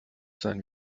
sein